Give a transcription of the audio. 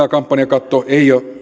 kampanjakatto ei ole